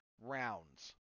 rounds